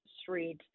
Street